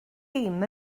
dim